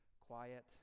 quiet